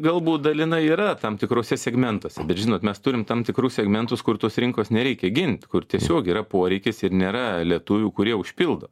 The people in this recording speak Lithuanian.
galbūt dalinai yra tam tikruose segmentuose bet žinot mes turim tam tikrus segmentus kur tos rinkos nereikia gint kur tiesiog yra poreikis ir nėra lietuvių kurie užpildo